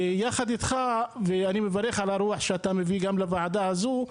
אני מברך על הרוח שאתה מביא גם לוועדה הזו.